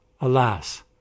Alas